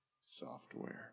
software